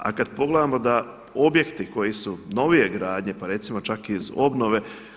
A kada pogledamo da objekti koji su novije gradnje, pa recimo čak iz obnove.